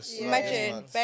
Imagine